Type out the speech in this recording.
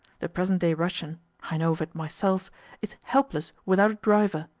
the present-day russian i know of it myself is helpless without a driver.